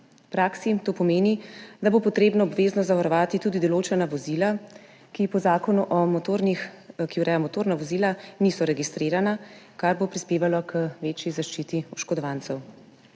V praksi to pomeni, da bo treba obvezno zavarovati tudi določena vozila, ki po zakonu, ki ureja motorna vozila, niso registrirana, kar bo prispevalo k večji zaščiti oškodovancev.